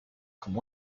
como